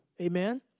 Amen